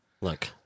look